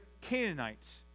Canaanites